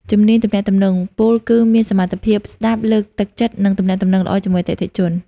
ជំនាញទំនាក់ទំនង ពោលគឺមានសមត្ថភាពស្តាប់ លើកទឹកចិត្ត និងទំនាក់ទំនងល្អជាមួយអតិថិជន។